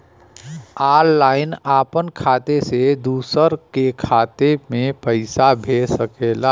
online आपन खाते से दूसर के खाते मे पइसा भेज सकेला